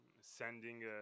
sending